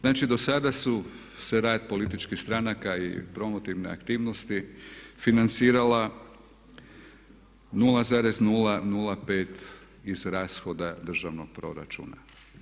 Znači do sada su se rad političkih stranaka i promotivne aktivnosti financirala 0,005 iz rashoda državnog proračuna.